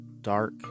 dark